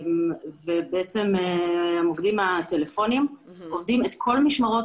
ובעצם המוקדים הטלפוניים עובדים את כל משמרות